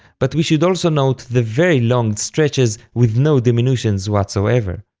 but we should also note the very long stretches with no diminutions whatsoever.